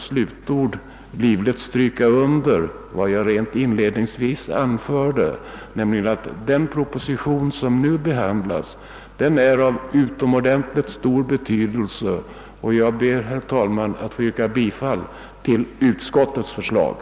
Avslutningsvis vill jag livligt understryka vad jag inledningsvis anförde, nämligen att den proposition som nu behandlas är av utomordentligt stor betydelse. Jag ber, herr talman, att få yrka bifall till utskottets hemställan.